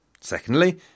Secondly